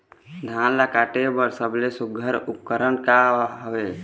धान ला काटे बर सबले सुघ्घर उपकरण का हवए?